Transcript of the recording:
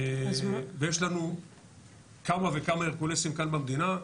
ויש לנו כמה וכמה הרקולסים כאן במדינה.